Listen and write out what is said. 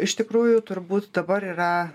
iš tikrųjų turbūt dabar yra